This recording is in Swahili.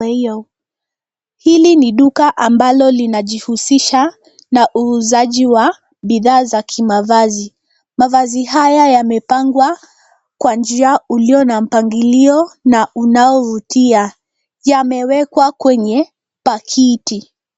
Hili ni duka ambalo linajihusisha na uuzaji wa bidhaa za kimavazi. Mavazi haya yamepangwa kwa njia ulio na mpangilio na unaovutia. Yamewekwa kwenye pakiti.